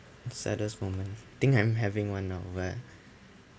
saddest moment I think I'm having one now where